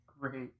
great